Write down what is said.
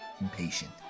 impatient